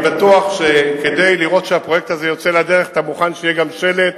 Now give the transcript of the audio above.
אני בטוח שכדי לראות שהפרויקט הזה יוצא לדרך אתה מוכן שיהיה גם שלט,